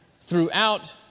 throughout